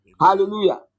Hallelujah